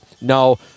no